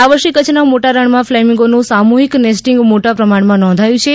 આ વર્ષે કચ્છના મોટા રણમાં ફલેમીંગોનું સામૂહિક નેસ્ટીંગ મોટા પ્રમાણમાં નોંધાયું છે